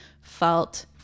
felt